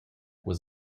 was